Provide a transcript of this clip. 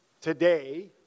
today